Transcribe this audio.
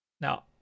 Now